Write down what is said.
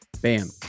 bam